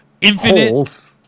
infinite